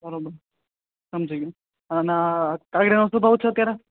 બરોબર સમજી ગયો અને કાકડીનો શું ભાવ છે અત્યારે